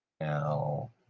Now